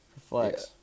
flex